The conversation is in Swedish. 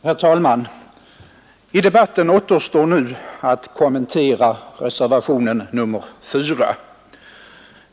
Herr talman! I debatten återstår nu att kommentera reservationen 4.